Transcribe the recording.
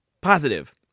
positive